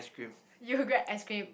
you grab ice-cream